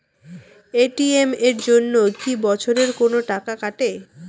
ATM এর জন্যে কি বছরে কোনো টাকা কাটে?